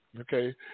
okay